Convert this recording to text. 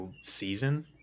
season